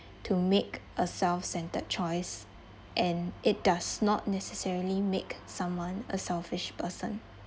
to make a self-centered choice and it does not necessarily make someone a selfish person